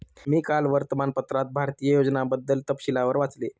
मी काल वर्तमानपत्रात भारतीय योजनांबद्दल तपशीलवार वाचले